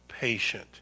patient